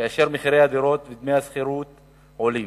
מחירי הדירות ודמי השכירות עולים,